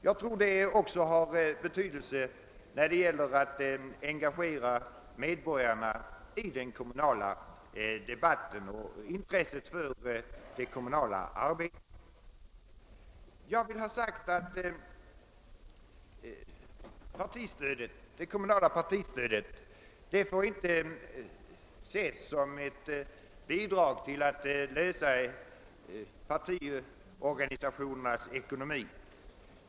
Jag tror att detta är av betydelse också när det gäller att engagera medborgarna i den kommunala debatten och stimulera deras intresse för det kommunala arbetet. Det kommunala partistödet får däremot inte ses som ett bidrag för att lösa partiorganisationernas ekonomi.